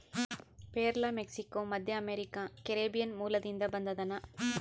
ಪೇರಲ ಮೆಕ್ಸಿಕೋ, ಮಧ್ಯಅಮೇರಿಕಾ, ಕೆರೀಬಿಯನ್ ಮೂಲದಿಂದ ಬಂದದನಾ